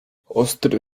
ostry